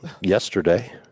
yesterday